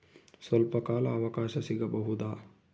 ಸ್ವಲ್ಪ ಕಾಲ ಅವಕಾಶ ಸಿಗಬಹುದಾ?